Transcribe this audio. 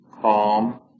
calm